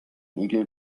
igel